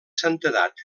santedat